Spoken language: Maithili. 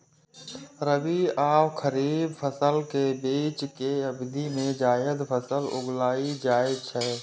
रबी आ खरीफ फसल के बीच के अवधि मे जायद फसल उगाएल जाइ छै